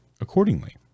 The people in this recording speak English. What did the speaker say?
accordingly